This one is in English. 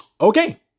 Okay